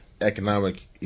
economic